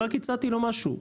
רק הצעתי לו משהו.